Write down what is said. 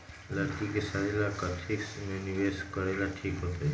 लड़की के शादी ला काथी में निवेस करेला ठीक होतई?